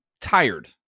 tired